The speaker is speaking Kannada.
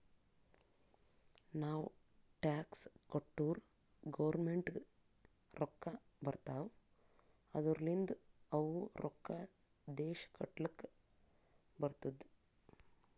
ನಾವ್ ಟ್ಯಾಕ್ಸ್ ಕಟ್ಟುರ್ ಗೌರ್ಮೆಂಟ್ಗ್ ರೊಕ್ಕಾ ಬರ್ತಾವ್ ಅದೂರ್ಲಿಂದ್ ಅವು ರೊಕ್ಕಾ ದೇಶ ಕಟ್ಲಕ್ ಬರ್ತುದ್